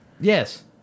yes